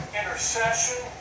intercession